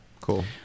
Cool